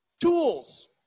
tools